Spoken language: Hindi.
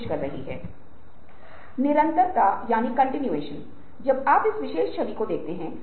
जाहिर है रचनात्मक लोग विवेकी विचारक हैं